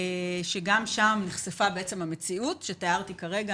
גם שם נחשפה המציאות שתיארתי כרגע,